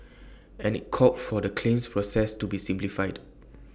and IT called for the claims process to be simplified